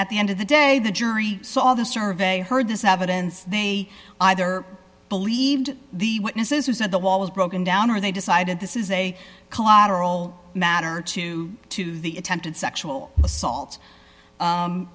at the end of the day the jury saw the survey heard this evidence they either believed the witnesses who said the wall was broken down or they decided this is a collateral matter to the attempted sexual assault